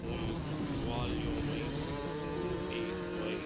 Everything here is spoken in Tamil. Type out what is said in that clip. உன் வால்யூமை கூட்டி வை